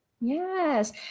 yes